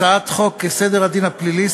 הצעת חוק סדר הדין הפלילי,